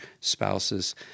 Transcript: spouses